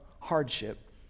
hardship